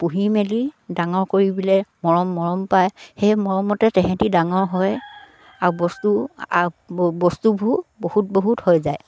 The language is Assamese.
পুহি মেলি ডাঙৰ কৰি পেলাই মৰম মৰম পায় সেই মৰমতে তেহেঁতি ডাঙৰ হয় আৰু বস্তু আ বস্তুবোৰ বহুত বহুত হৈ যায়